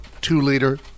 two-liter